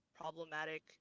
problematic